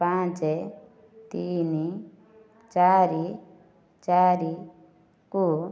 ପାଞ୍ଚ ତିନି ଚାରି ଚାରିକୁ